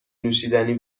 نوشیدنی